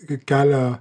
kaip kelią